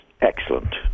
excellent